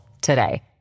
today